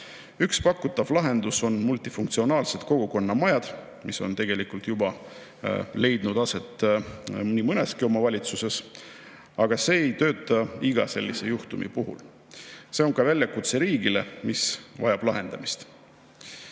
Üks pakutav lahendus on multifunktsionaalsed kogukonnamajad, mis on tegelikult juba loodud nii mõneski omavalitsuses. Aga see ei tööta iga sellise juhtumi puhul. See on väljakutse riigile, mis vajab lahendamist.